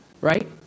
right